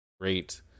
great